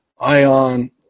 ION